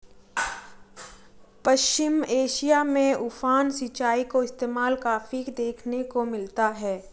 पश्चिम एशिया में उफान सिंचाई का इस्तेमाल काफी देखने को मिलता है